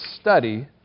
study